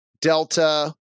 delta